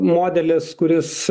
modelis kuris